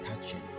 touching